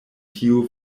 tiu